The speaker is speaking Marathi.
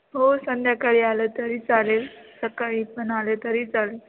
हो संध्याकाळी आलं तरी चालेल सकाळी पण आले तरी चालेल